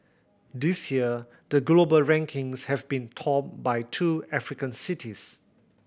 this year the global rankings have been topped by two African cities